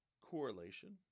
correlation